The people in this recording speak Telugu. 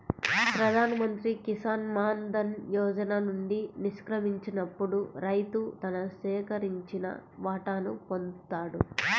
ప్రధాన్ మంత్రి కిసాన్ మాన్ ధన్ యోజన నుండి నిష్క్రమించినప్పుడు రైతు తన సేకరించిన వాటాను పొందుతాడు